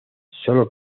solo